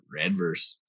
Redverse